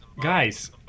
Guys